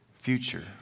future